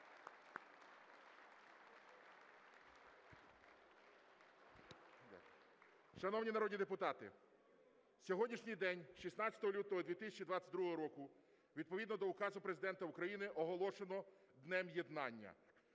Шановні народні депутати, сьогоднішній день, 16 лютого 2022 року, відповідно до Указу Президента України оголошено Днем єднання.